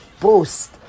boost